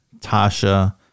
Tasha